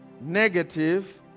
negative